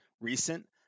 recent